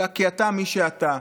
אלא כי אתה מי שאתה.